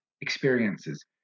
experiences